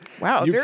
Wow